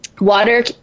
water